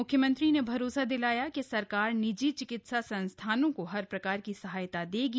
मुख्यमंत्री ने भरोसा दिलाया कि सरकार निजी चिकित्सा संस्थानो को हर प्रकार की सहायता देगी